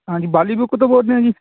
ਹਾਂਜੀ ਬਾਲੀ ਬੁੱਕ ਤੋਂ ਬੋਲਦੇ ਆ ਜੀ